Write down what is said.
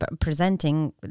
presenting